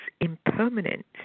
impermanent